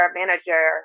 manager